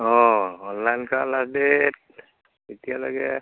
অঁ অনলাইন কৰা last date কেতিয়ালৈকে